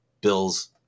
bills